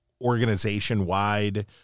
organization-wide